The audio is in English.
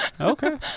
Okay